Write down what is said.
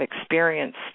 experienced